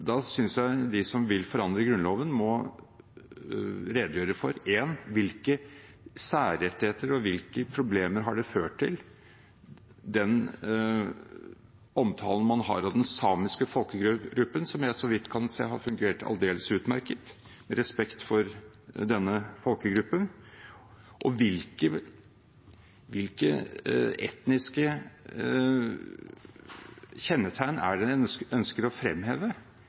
de som vil forandre Grunnloven, må redegjøre for hvilke særrettigheter og hvilke problemer det har ført til, den omtalen man har av den samiske folkegruppen, som jeg så vidt kan se har fungert aldeles utmerket – respekt for denne folkegruppen – og hvilke etniske kjennetegn en ønsker å fremheve.